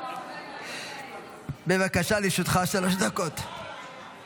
בבקשה, שלוש דקות לרשותך.